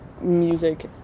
music